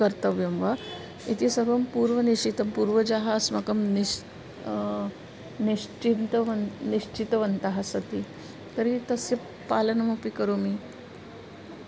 कर्तव्यं वा इति सर्वं पूर्वनिश्चितं पूर्वजाः अस्माकं निश् निश्चितवान् निश्चितवन्तः सति तर्हि तस्य पालनमपि करोमि